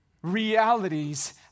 realities